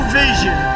vision